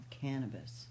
cannabis